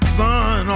son